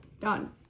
Done